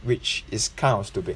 which is kind of stupid